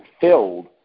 filled